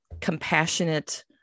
compassionate